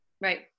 Right